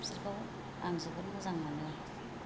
बिसोरखौ आं जोबोर मोजां मोनो